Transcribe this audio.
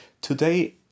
Today